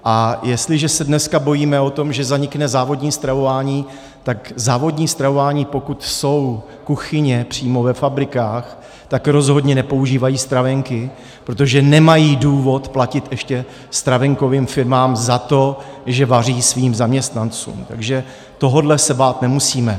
A jestliže se dneska bojíme o to, že zanikne závodní stravování, tak v závodním stravování, pokud jsou kuchyně přímo ve fabrikách, rozhodně nepoužívají stravenky, protože nemají důvod platit ještě stravenkovým firmám za to, že vaří svým zaměstnancům, takže tohohle se bát nemusíme.